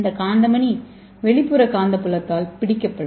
இந்த காந்த மணி வெளிப்புற காந்தப்புலத்தால் பிடிக்கப்படும்